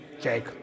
Jake